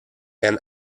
and